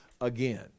again